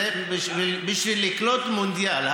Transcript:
בשביל לקלוט מונדיאל,